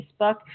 Facebook